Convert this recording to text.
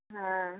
हँ